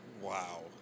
Wow